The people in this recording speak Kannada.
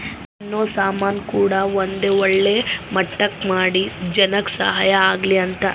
ತಿನ್ನೋ ಸಾಮನ್ ಕೂಡ ಒಂದ್ ಒಳ್ಳೆ ಮಟ್ಟಕ್ ಮಾಡಿ ಜನಕ್ ಸಹಾಯ ಆಗ್ಲಿ ಅಂತ